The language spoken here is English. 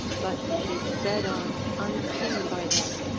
but she sped on unseen by them.